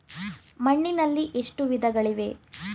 ಮಣ್ಣಿನಲ್ಲಿ ಎಷ್ಟು ವಿಧಗಳಿವೆ?